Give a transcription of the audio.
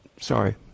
Sorry